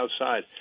outside